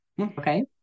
Okay